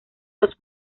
los